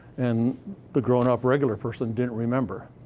and the grown-up regular person didn't remember.